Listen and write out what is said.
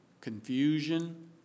confusion